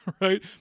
right